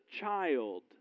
child